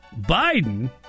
Biden